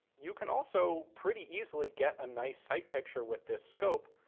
you can also pretty easily get a nice sight picture with this scope